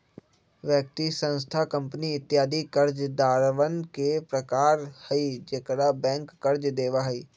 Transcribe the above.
व्यक्ति, संस्थान, कंपनी इत्यादि कर्जदारवन के प्रकार हई जेकरा बैंक कर्ज देवा हई